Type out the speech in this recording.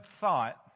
thought